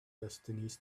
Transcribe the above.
destinies